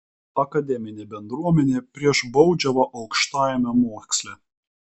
akademinė bendruomenė prieš baudžiavą aukštajame moksle